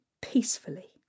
peacefully